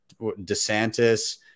DeSantis